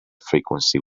frequency